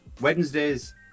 Wednesdays